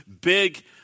big